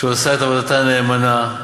שעושה את עבודתה נאמנה,